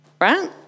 right